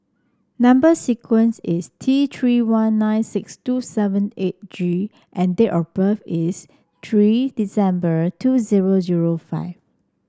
number sequence is T Three one nine six two seven eight G and date of birth is three December two zero zero five